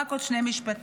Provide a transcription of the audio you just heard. ורק עוד שני משפטים.